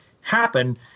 happen